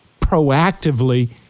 proactively